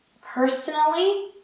personally